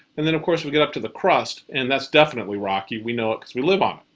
and then, of course, we get up to the crust and that's definitely rocky. we know it because we live on